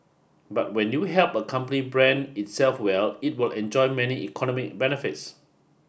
but when you help a company brand itself well it will enjoy many economic benefits